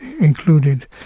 included